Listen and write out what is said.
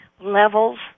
levels